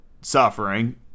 suffering